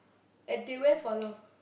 and they went for a lot of